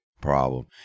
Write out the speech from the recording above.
problem